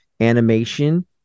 animation